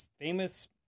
famous